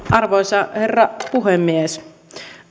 arvoisa herra puhemies